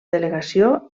delegació